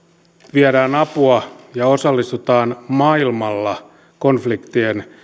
viedään apua ja osallistutaan maailmalla konfliktien